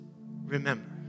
remember